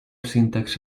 syntax